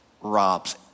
robs